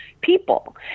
people